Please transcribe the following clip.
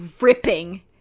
ripping